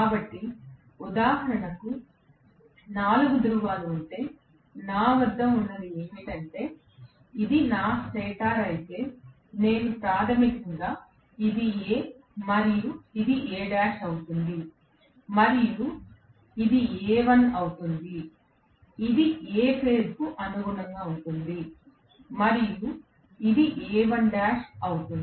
కాబట్టి ఉదాహరణకు 4 ధ్రువాలు ఉంటే నా వద్ద ఉన్నది ఏమిటంటే ఇది నా స్టేటర్ అయితే నేను ప్రాథమికంగా ఇది A మరియు ఇది A' అవుతుంది మరియు ఇది A1 అవుతుంది ఇది A ఫేజ్ కు అనుగుణంగా ఉంటుంది మరియు ఇది A1' అవుతుంది